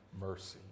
mercy